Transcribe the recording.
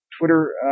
Twitter